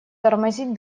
тормозить